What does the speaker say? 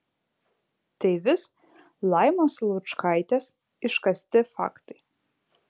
tai vis laimos laučkaitės iškasti faktai